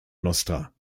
nostra